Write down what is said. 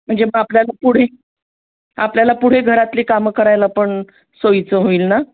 म्हणजे मग आपल्याला पुढे आपल्याला पुढे घरातली कामं करायला पण सोईचं होईल ना